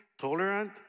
tolerant